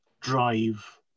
drive